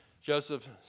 Joseph